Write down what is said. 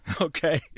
Okay